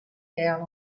down